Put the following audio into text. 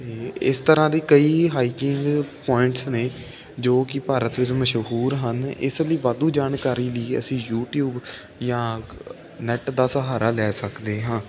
ਅਤੇ ਇਸ ਤਰ੍ਹਾਂ ਦੇ ਕਈ ਹਾਈਕਿੰਗ ਪੁਆਇੰਟਸ ਨੇ ਜੋ ਕਿ ਭਾਰਤ ਵਿੱਚ ਮਸ਼ਹੂਰ ਹਨ ਇਸ ਲਈ ਵਾਧੂ ਜਾਣਕਾਰੀ ਲਈ ਅਸੀਂ ਯੂਟੀਊਬ ਜਾਂ ਨੈੱਟ ਦਾ ਸਹਾਰਾ ਲੈ ਸਕਦੇ ਹਾਂ